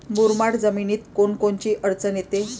मुरमाड जमीनीत कोनकोनची अडचन येते?